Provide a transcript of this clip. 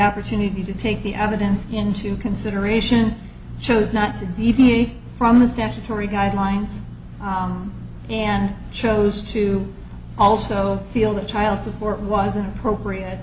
opportunity to take the evidence into consideration chose not to deviate from the statutory guidelines and chose to also feel that child support wasn't appropriate